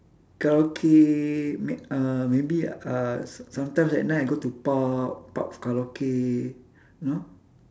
karaoke ma~ uh maybe uh so~ sometimes at night I go to pub pubs karaoke you know